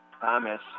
Thomas